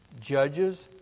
judges